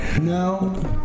No